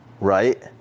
right